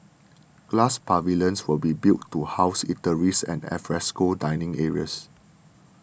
glass pavilions will be built to house eateries and alfresco dining areas